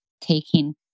taking